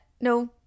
no